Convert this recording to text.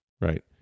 right